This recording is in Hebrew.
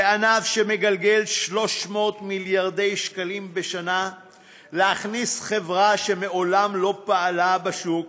בענף שמגלגל 300 מיליארד שקלים בשנה להכניס חברה שמעולם לא פעלה בשוק